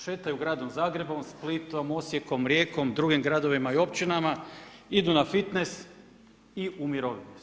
Šetaju gradom Zagrebom, Splitom, Osijekom, Rijekom, drugim gradovima i općinama, idu na fitnes i u mirovini su.